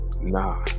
nah